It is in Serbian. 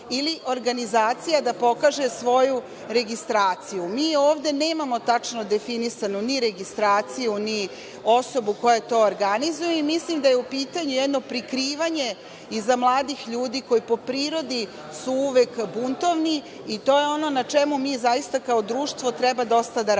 ili organizacija da pokaže svoju registraciju. Mi ovde nemamo tačno definisanu registraciju, ni osobu koja to organizuje. Mislim da je u pitanju jedno prikrivanje iza mladih ljudi koji su po prirodi uvek buntovni, i to je ono na čemu mi kao društvo treba dosta da radimo.